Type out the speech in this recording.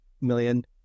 million